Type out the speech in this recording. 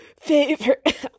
favorite